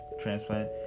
transplant